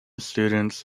students